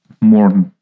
more